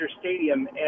Stadium